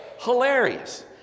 hilarious